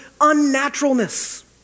unnaturalness